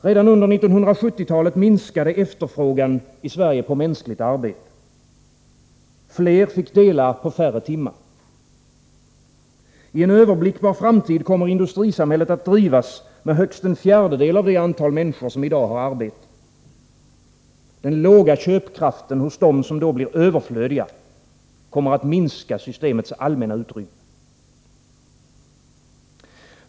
Redan under 1970-talet minskade efterfrågan i Sverige på mänskligt arbete. Fler fick dela på färre timmar. I en överblickbar framtid kommer industrisamhället att drivas med högst en fjärdedel av det antal människor som i dag har arbete. Den låga köpkraften hos dem som då blir överflödiga kommer att minska systemets utrymme.